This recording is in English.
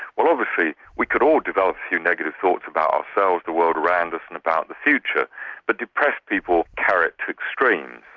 well obviously we could all develop a few negative thoughts about ourselves, the world around us and about the future but depressed people carry it to extreme.